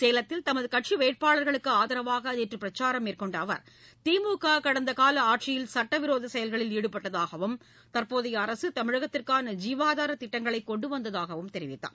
சேலத்தில் தமது கட்சி வேட்பாளர்களுக்கு ஆதரவாக நேற்று பிரச்சாரம் மேற்கொண்ட அவர் திமுக கடந்த கால ஆட்சியில் சட்டவிரோத செயல்களில் ஈடுபட்டதாகவும் தற்போதைய அரசு தமிழகத்திற்கான ஜீவாதார திட்டங்களைக் கொண்டு வந்ததாகவும் தெரிவித்தார்